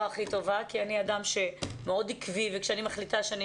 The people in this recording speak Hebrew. הכי טובה כי אני אדם מאוד עקבי וכשאני מחליטה שאני